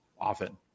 often